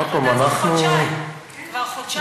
עוד פעם, אנחנו, כבר חודשיים לומדים אותה.